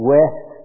West